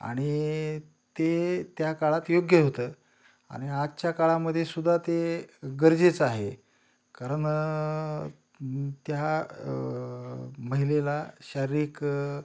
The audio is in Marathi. आणि ते त्या काळात योग्य होतं आणि आजच्या काळामध्येसुद्धा ते गरजेचं आहे कारण त्या महिलेला शारीरिक